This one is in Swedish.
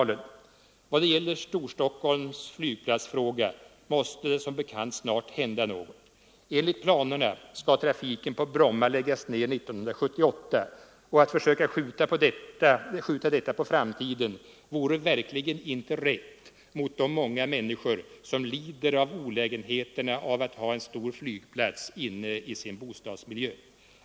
30 januari 1974 I vad gäller Storstockholms flygplatsfråga måste det som bekant snart ————— hända något. Enligt planerna skall trafiken på Bromma läggas ned 1978, och att försöka skjuta detta på framtiden vore verkligen inte rätt mot de många människor som lider av olägenheterna av att ha en stor flygplats inne i sin bostadsmiljö.